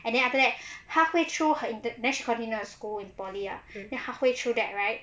and then after that halfway through her intern then she continue her school in poly ah then halfway through that right